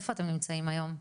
איפה אתם נמצאים היום?